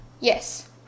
Yes